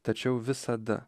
tačiau visada